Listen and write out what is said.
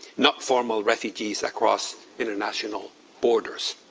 not formal refugees across international borders.